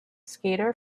skater